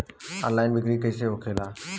Online बिक्री कैसे होखेला?